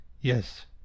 Yes